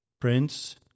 Prince